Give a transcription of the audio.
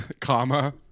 comma